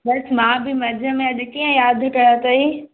बसि मां बि मजे में अॼु कीअं यादि कयो अथई